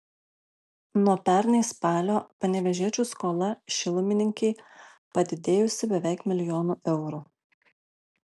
nuo pernai spalio panevėžiečių skola šilumininkei padidėjusi beveik milijonu eurų